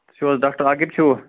تُہۍ چھُو حظ ڈاکَٹر عاقِب چھُوٕ